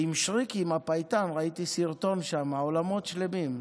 עם שריקי, עם הפייטן, ראיתי סרטון, אולמות שלמים.